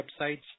websites